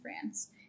France